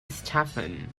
stefan